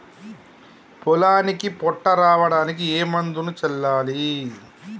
పొలానికి పొట్ట రావడానికి ఏ మందును చల్లాలి?